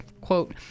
quote